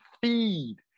feed